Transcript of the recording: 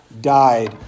died